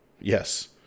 yes